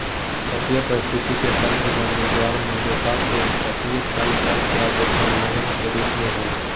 तटीय पारिस्थिति के तंत्र ज्वारनदमुख के तटीय जल के अर्ध संलग्न के रूप में हइ